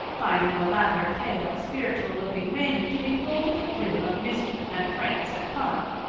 finding the latter pale spiritual-looking maiden to be full to the brim of mischief and pranks and fun,